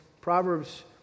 Proverbs